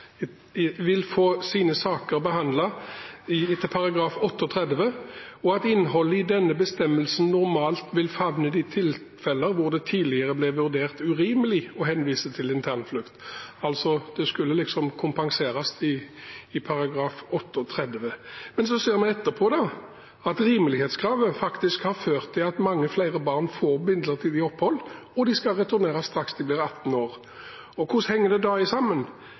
oppheves, vil få sine saker behandlet etter § 38, og at innholdet i denne bestemmelsen normalt vil favne de tilfeller hvor det tidligere ble vurdert urimelig å henvise til internflukt – det skulle altså kompenseres i § 38. Men så ser vi etterpå at rimelighetskravet faktisk har ført til at mange flere barn får midlertidig opphold, og de skal returneres straks de er 18 år. Hvordan henger det sammen? Feilinformerte regjeringen i